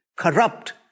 Corrupt